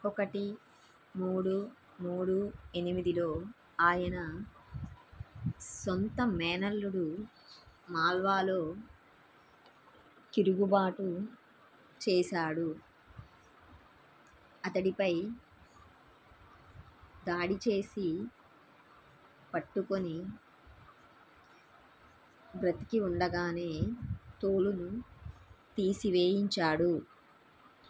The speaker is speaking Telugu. ఒకటి మూడు మూడు ఎనిమిదిలో ఆయన సొంత మేనల్లుడు మాల్వాలో తిరుగుబాటు చేసాడు అతడి పై దాడిచేసి పట్టుకొని బ్రతికి ఉండగానే తోలును తీసివేయించాడు